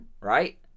Right